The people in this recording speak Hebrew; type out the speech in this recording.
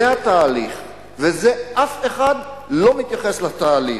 זה התהליך, ואף אחד לא מתייחס לתהליך.